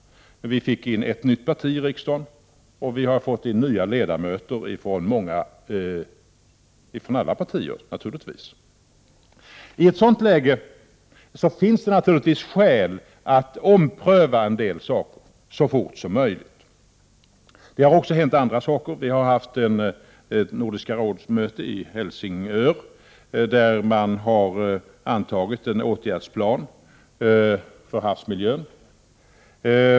Vi fick in ett nytt parti i riksdagen, och vi har fått in nya ledamöter från alla partier. I ett sådant läge finns det naturligtvis skäl att ompröva en del saker så fort som möjligt. Det har också hänt andra saker. Vi har haft ett möte i Nordiska rådet i Helsingör, där man har antagit en åtgärdsplan för havsmiljön.